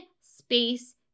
space